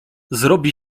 zrobi